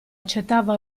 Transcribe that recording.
accettava